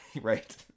right